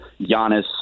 Giannis